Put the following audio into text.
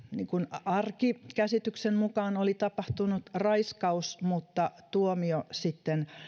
arkikäsityksen mukaan oli tapahtunut raiskaus mutta tuomio